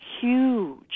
huge